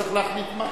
צריך להחליט מה.